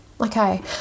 Okay